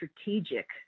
strategic